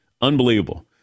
unbelievable